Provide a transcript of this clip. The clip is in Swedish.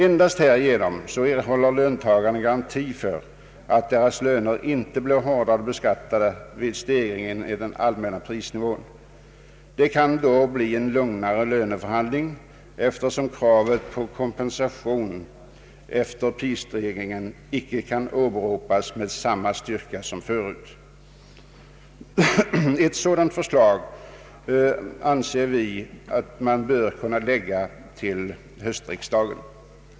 Endast härigenom erhåller löntagarna garanti för att deras löner inte blir hårdare beskattade än som motsvarar stegringen av den allmänna prisnivån. Det kan därigenom bli en lugnare löneförhandling eftersom kravet på kompensation efter prisstegringar icke kan åberopas med samma styrka som förut. Ett sådant förslag anser vi man bör kunna framlägga till höstsessionen.